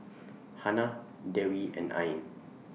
Hana Dewi and Ain